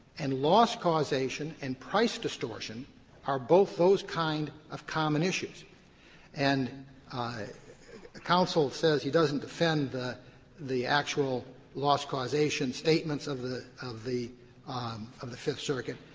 and loss causation and price distortion are both those kind of common issues and counsel says he doesn't defend the the actual loss causation statements of the of the um of the fifth circuit,